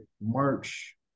March